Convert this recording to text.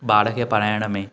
ॿार खे पढ़ाइण में